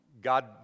God